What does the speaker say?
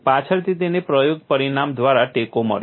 પાછળથી તેને પ્રાયોગિક પરિણામ દ્વારા ટેકો મળ્યો